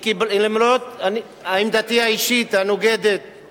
למרות עמדתי האישית, הנוגדת את